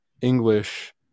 English